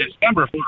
December